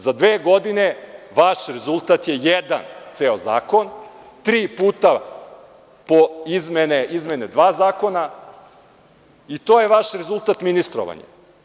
Za dve godine vaš rezultat je jedan ceo zakon, tri puta po izmene dva zakona, i to je vaš rezultat ministrovanja.